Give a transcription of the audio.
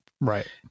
right